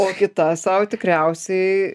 o kita sau tikriausiai